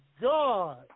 God